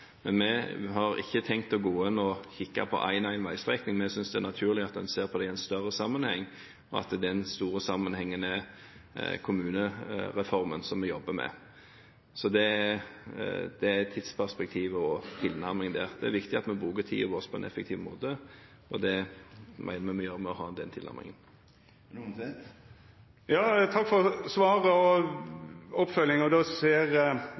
Vi har ikke tenkt å gå inn og kikke på en og en veistrekning. Vi synes det er naturlig at en ser på det i en større sammenheng, og den store sammenhengen er kommunereformen som vi jobber med. Det er et tidsperspektiv og en tilnærming der. Det er viktig at vi bruker tiden vår på en effektiv måte, og det mener vi vi gjør ved å ha den tilnærmingen. Takk for svaret. Oppfølginga er då: Ser